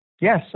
Yes